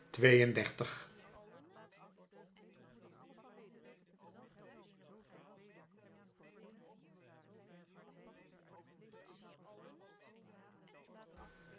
twee en dertig